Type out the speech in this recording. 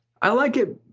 i like it,